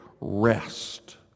rest